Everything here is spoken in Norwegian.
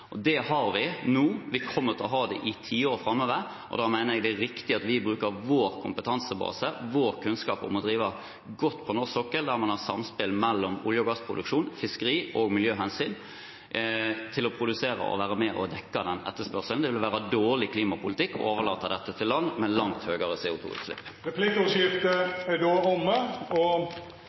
energikildene. Det har vi nå, og vi kommer til å ha det i tiår framover. Da mener jeg det er riktig at vi bruker vår kompetansebase, vår kunnskap om å drive godt på norsk sokkel – der man har et samspill mellom olje- og gassproduksjon, fiskeri- og miljøhensyn – til å produsere og være med og dekke den etterspørselen. Det ville være dårlig klimapolitikk å overlate dette til land med langt høyere CO2-utslipp. Replikkordskiftet er omme.